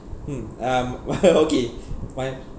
mm um okay my